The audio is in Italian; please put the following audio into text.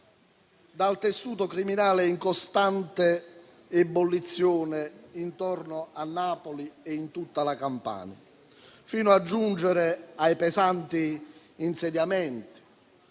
dal tessuto criminale in costante ebollizione intorno a Napoli e in tutta la Campania, fino a giungere ai pesanti insediamenti